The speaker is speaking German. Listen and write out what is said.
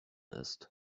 ist